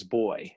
boy